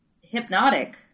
hypnotic